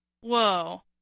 whoa